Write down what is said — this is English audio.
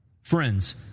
Friends